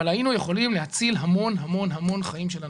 אבל היינו יכולים להציל המון-המון-המון חיים של אנשים,